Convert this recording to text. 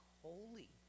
holy